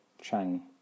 Chang